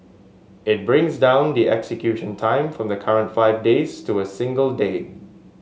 it brings down the execution time from the current five days to a single day